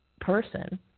person